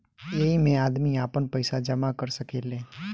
ऐइमे आदमी आपन पईसा जमा कर सकेले